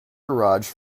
garage